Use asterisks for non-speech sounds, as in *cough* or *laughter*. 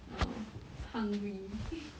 err hungry *noise*